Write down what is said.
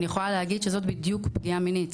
אני יכולה להגיד שזאת בדיוק פגיעה מינית.